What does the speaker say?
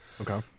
Okay